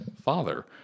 father